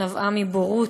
שנבעה מבורות,